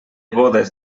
bodes